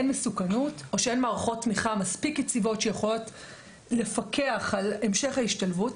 מסוכנות או שאין מערכות תמיכה מספיק יציבות שיכולות לפקח על המשך ההשתלבות.